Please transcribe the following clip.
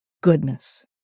goodness